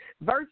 Verse